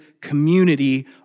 community